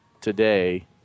today